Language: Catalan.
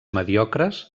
mediocres